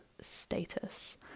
status